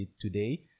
today